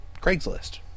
Craigslist